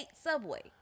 Subway